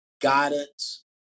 guidance